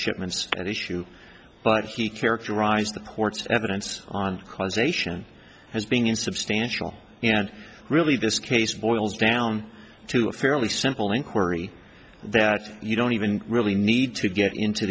shipments at issue but he characterized the court's evidence on causation as being insubstantial and really this case boils down to a fairly simple inquiry that you don't even really need to get into